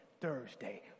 Thursday